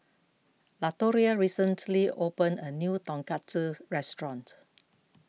Latoria recently opened a new Tonkatsu restaurant